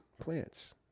plants